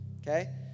okay